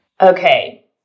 okay